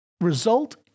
result